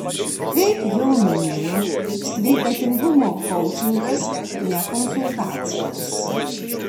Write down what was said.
kaip jau minėjau sveikatingumo koučingas ne konsultacijos